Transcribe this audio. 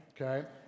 okay